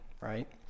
right